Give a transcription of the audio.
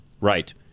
Right